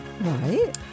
Right